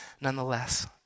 nonetheless